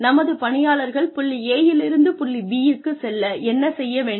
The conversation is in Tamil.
நமது பணியாளர்கள் புள்ளி A -லிருந்து புள்ளி B -க்கு செல்ல என்ன செய்ய வேண்டும்